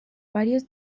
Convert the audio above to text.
varios